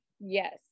yes